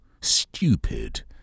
stupid